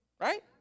Right